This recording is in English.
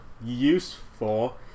useful